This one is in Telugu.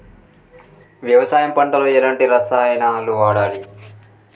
వ్యవసాయం పంట లో ఎలాంటి రసాయనాలను వాడాలి?